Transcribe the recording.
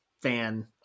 fan